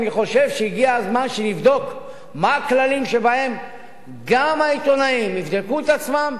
אני חושב שהגיע הזמן שנבדוק מה הכללים שבהם גם העיתונאים יבדקו את עצמם,